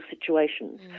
situations